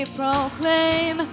proclaim